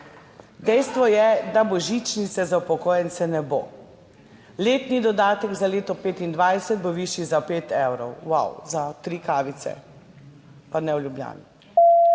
Dejstvo je, da božičnice za upokojence ne bo. Letni dodatek za leto 2025 bo višji za pet evrov, vau, za tri kavice, pa ne v Ljubljani.